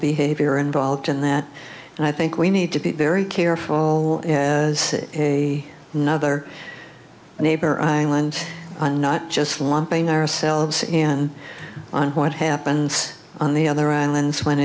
behavior involved in that and i think we need to be very careful as a nother neighbor island and not just one thing ourselves and on what happens on the other islands when